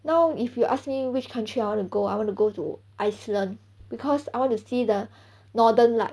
now if you ask me which country I want to go I want to go to iceland because I want to see the northern light